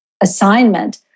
assignment